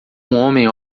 homem